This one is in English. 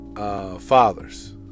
Fathers